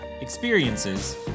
experiences